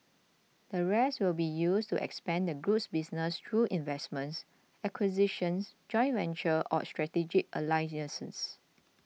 the rest will be used to expand the group's business through investments acquisitions joint ventures or strategic alliances